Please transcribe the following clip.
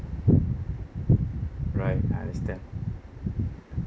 right I understand